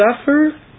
suffer